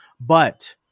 but-